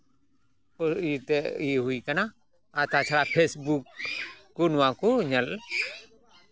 ᱤᱭᱟᱹ ᱦᱩᱭᱟᱠᱟᱱᱟ ᱟᱨ ᱛᱟᱪᱷᱟᱲᱟ ᱯᱷᱮᱥᱵᱩᱠ ᱠᱚ ᱱᱚᱣᱟ ᱠᱩ ᱧᱮᱞ